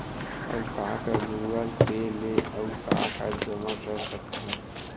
अऊ का का गूगल पे ले अऊ का का जामा कर सकथन?